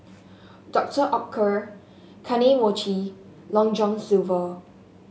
Doctor Oetker Kane Mochi Long John Silver